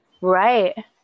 Right